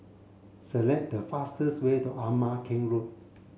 select the fastest way to Ama Keng Road